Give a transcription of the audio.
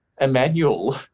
Emmanuel